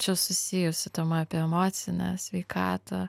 čia susijusi tema apie emocinę sveikatą